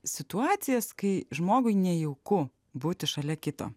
situacijas kai žmogui nejauku būti šalia kito